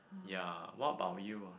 ya what about you ah